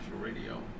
Radio